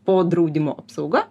po draudimo apsauga